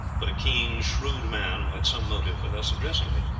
but a keen, shrewd man who had some motive for thus addressing me,